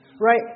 right